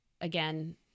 again